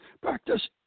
Practice